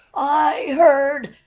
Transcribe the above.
i heard,